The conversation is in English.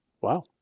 wow